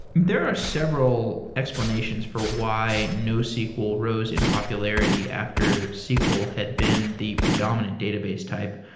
there are several explanations for why nosql rose in popularity after sql had been the predominant database type.